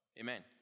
Amen